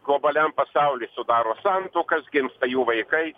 globaliam pasauly sudaro santuokas gimsta jų vaikai